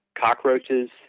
cockroaches